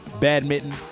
Badminton